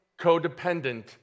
codependent